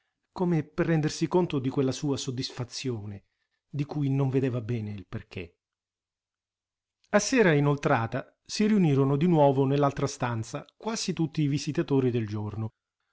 come per rendersi conto di quella sua soddisfazione di cui non vedeva bene il perché a sera inoltrata si riunirono di nuovo nell'altra stanza quasi tutti i visitatori del giorno